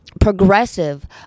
progressive